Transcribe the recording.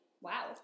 Wow